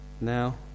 now